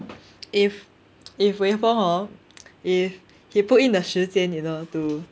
if if wei feng hor if he put in the 时间 you know to